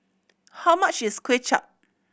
how much is Kway Chap